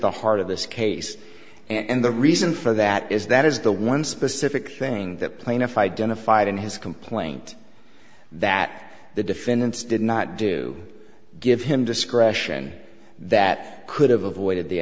the heart of this case and the reason for that is that is the one specific thing that plaintiff identified in his complaint that the defendants did not do give him discretion that could have avoided the